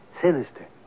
sinister